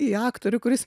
į aktorių kuris